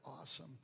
awesome